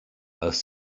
els